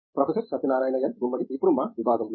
professor Satyanarayana N Gummadi ఇప్పుడు మా విభాగంలో